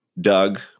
doug